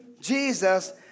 Jesus